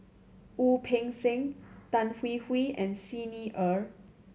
Wu Peng Seng Tan Hwee Hwee and Xi Ni Er